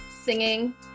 Singing